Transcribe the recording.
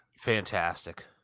fantastic